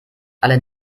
alle